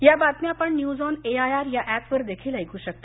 या बातम्या आपण न्यूज ऑन एआयआर ऍपवर देखील ऐकू शकता